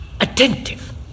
attentive